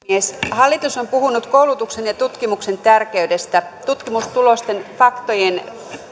hallitus on puhunut koulutuksen ja tutkimuksen tärkeydestä tutkimustulosten faktojen